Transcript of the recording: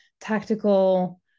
tactical